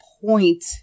point